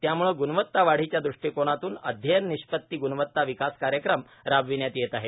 त्यामुळे गुणवत्तावाढीच्या दृष्टिकोनातून अध्ययन निष्पत्ती गुणवता विकास कार्यक्रम राबविण्यात येत आहे